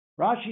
Rashi